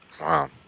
Wow